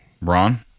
Ron